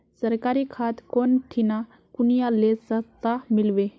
सरकारी खाद कौन ठिना कुनियाँ ले सस्ता मीलवे?